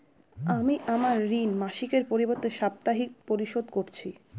আমি আমার ঋণ মাসিকের পরিবর্তে সাপ্তাহিক পরিশোধ করছি